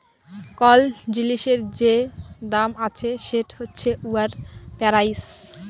call জিলিসের যে দাম আছে সেট হছে উয়ার পেরাইস